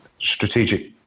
strategic